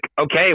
okay